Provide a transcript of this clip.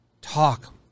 talk